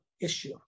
issue